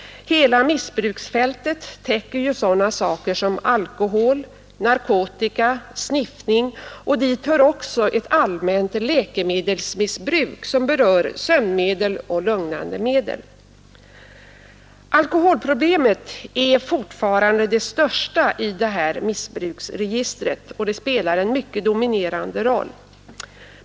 Hela missbruksfältet täcker ju sådana saker som alkoholmissbruk, narkotikamissbruk och sniffning, och dit hör också ett allmänt läkemedelsmissbruk som berör sömnmedel och lugnande medel. Alkoholproblemet är fortfarande det största i missbruksregistret, och det spelar en mycket dominerande roll.